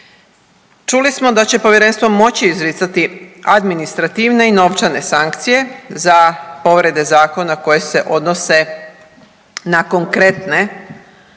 Čuli smo da će povjerenstvo moći izricati administrativne i novčane sankcije za povrede zakona koje se odnose na konkretne povrede,